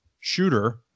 shooter